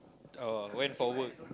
oh went for work